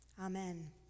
Amen